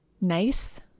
nice